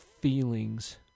feelings